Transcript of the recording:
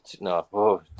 no